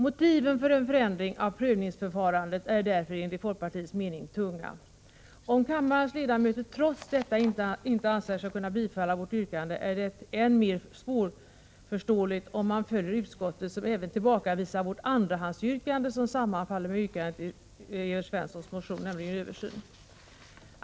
Motiven för en förändring av prövningsförfarandet är därför enligt folkpartiets mening tunga. Om kammarens ledamöter trots detta inte anser sig kunna bifalla vårt yrkande är det än mer svårförståeligt om man följer utskottet som även tillbakavisar vårt andrahandsyrkande, vilket sammanfaller med yrkandet i Evert Svenssons motion, nämligen begäran om en översyn.